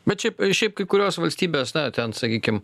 bet šiaip šiaip kai kurios valstybės ten sakykim